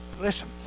listen